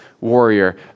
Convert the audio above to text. warrior